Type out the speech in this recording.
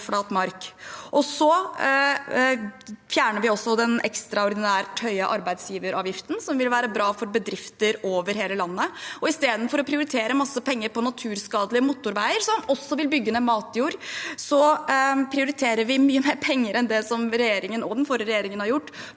Og så fjerner vi den ekstraordinært høye arbeidsgiveravgiften som vil være bra for bedrifter over hele landet. Istedenfor å prioritere masse penger på naturskadelige motorveier, som også vil bygge ned matjord, prioriterer vi mye mer penger enn det som regjeringen og den forrige regjeringen har gjort